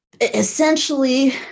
essentially